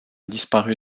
disparu